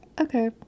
Okay